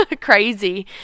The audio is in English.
crazy